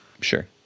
Sure